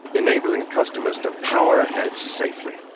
enabling customers to power ahead safely,